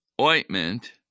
ointment